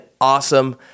awesome